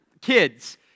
Kids